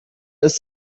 ist